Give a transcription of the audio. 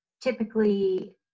typically